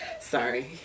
Sorry